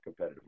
competitively